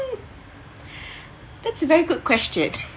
that's a very good question